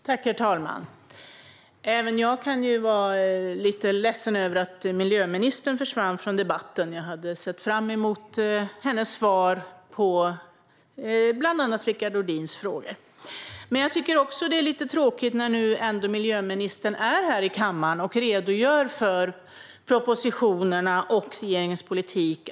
Herr talman! Även jag kan vara lite ledsen över att miljöministern försvann från debatten. Jag hade sett fram emot hennes svar på bland annat Rickard Nordins frågor. Men jag tycker också att det är lite tråkigt att inte alliansföreträdarna lyssnar på vad miljöministern säger när hon är här i kammaren och redogör för propositionerna och regeringens politik.